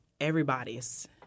everybody's